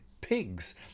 pigs